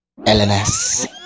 LNS